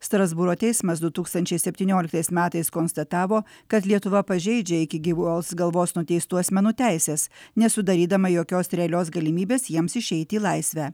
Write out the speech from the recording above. strasbūro teismas du tūkstančiai septynioliktais metais konstatavo kad lietuva pažeidžia iki gyvos galvos nuteistų asmenų teises nesudarydama jokios realios galimybės jiems išeiti į laisvę